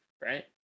right